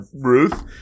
Ruth